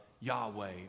Yahweh